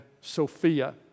Sophia